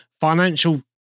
financial